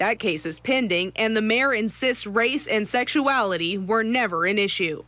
that cases pending and the mayor insists race and sexuality were never an issue